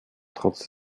trotz